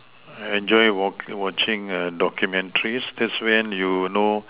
I enjoy watching documentaries because that's when you know